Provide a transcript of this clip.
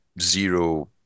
zero